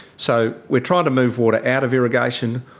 so we are trying to move water out of irrigation.